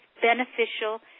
beneficial